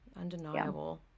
undeniable